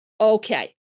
Okay